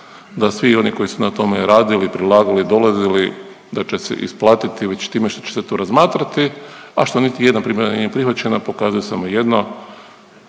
da svi oni koji su na tome radili, predlagali, dolazili da će se isplatiti već time što će se to razmatrati, a što niti jedna primjedba nije prihvaćena pokazuje samo jedno.